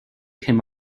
came